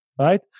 right